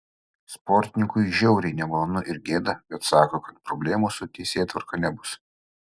sportininkui žiauriai nemalonu ir gėda bet sako kad problemų su teisėtvarka nebus